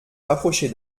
rapprocher